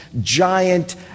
giant